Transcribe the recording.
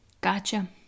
Gotcha